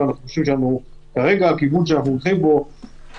אנחנו חושבים שהכיוון שאנחנו הולכים בו עכשיו הוא